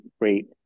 great